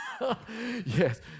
Yes